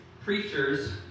preachers